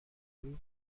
loop